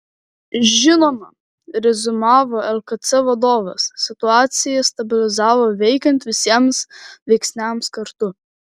žinoma reziumavo lkc vadovas situacija stabilizavosi veikiant visiems veiksniams kartu